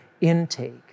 intake